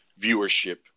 viewership